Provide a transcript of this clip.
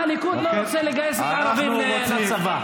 גם הליכוד לא רוצה לגייס את הערבים לצבא.